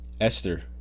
Esther